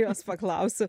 jos paklausiu